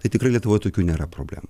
tai tikrai lietuvoj tokių nėra problemų